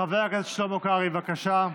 חבר הכנסת שלמה קרעי, בבקשה.